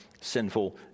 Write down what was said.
sinful